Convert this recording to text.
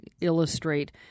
illustrate